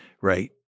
right